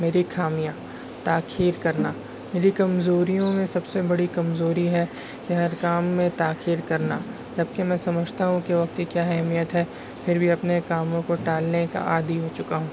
میری خامیاں تاخیر کرنا میری کمزوریوں میں سب سے بڑی کمزوری ہے کہ میں ہر کام میں تاخیر کرنا جبکہ میں سمجھتا ہوں کہ وقت کی کیا اہمیت ہے پھر بھی اپنے کاموں کو ٹالنے کا عادی ہو چکا ہوں